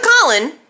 Colin